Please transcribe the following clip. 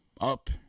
up